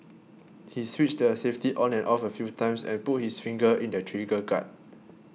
he switched the safety on and off a few times and put his finger in the trigger guard